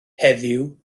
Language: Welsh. heddiw